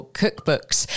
cookbooks